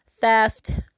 theft